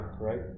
right